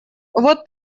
вот